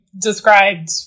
described